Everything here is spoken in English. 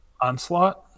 onslaught